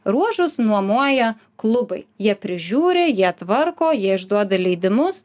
ruožus nuomoja klubai jie prižiūri jie tvarko jie išduoda leidimus